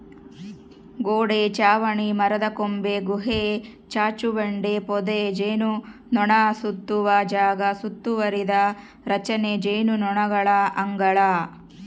ಗೋಡೆ ಚಾವಣಿ ಮರದಕೊಂಬೆ ಗುಹೆ ಚಾಚುಬಂಡೆ ಪೊದೆ ಜೇನುನೊಣಸುತ್ತುವ ಜಾಗ ಸುತ್ತುವರಿದ ರಚನೆ ಜೇನುನೊಣಗಳ ಅಂಗಳ